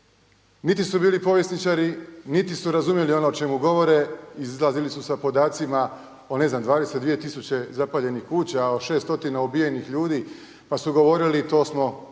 niti su bili povjesničari, niti su razumjeli ono o čemu govore, izlazili su sa podacima o ne znam 220 tisuće zapaljenih kuća, o 600 ubijenih ljudi, pa su govorili, to smo vidjeli